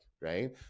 right